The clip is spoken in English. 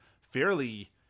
fairly